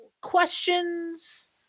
questions